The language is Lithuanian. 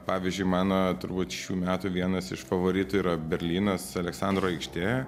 pavyzdžiui mano turbūt šių metų vienas iš favoritų yra berlynas aleksandro aikštė